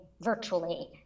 virtually